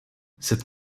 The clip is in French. cette